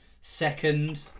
Second